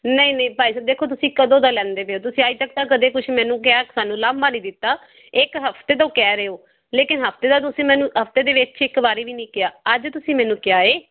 ਨਹੀਂ ਨਹੀਂ ਭਾਈ ਸਾਹਿਬ ਦੇਖੋ ਤੁਸੀਂ ਕਦੋਂ ਦਾ ਲੈਂਦੇ ਪਏ ਹੋ ਤੁਸੀਂ ਅੱਜ ਤੱਕ ਤਾਂ ਕੁਛ ਕਦੇ ਮੈਨੂੰ ਕਿਹਾ ਸਾਨੂੰ ਉਲਾਂਭਾ ਨਹੀਂ ਦਿੱਤਾ ਇੱਕ ਹਫ਼ਤੇ ਤੋਂ ਕਹਿ ਰਹੇ ਹੋ ਲੇਕਿਨ ਹਫ਼ਤੇ ਦਾ ਤੁਸੀਂ ਮੈਨੂੰ ਹਫ਼ਤੇ ਦੇ ਵਿੱਚ ਇੱਕ ਵਾਰੀ ਵੀ ਨਹੀਂ ਕਿਹਾ ਅੱਜ ਤੁਸੀਂ ਮੈਨੂੰ ਕਿਹਾ ਏ